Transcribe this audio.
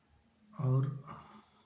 और